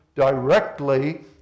Directly